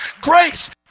grace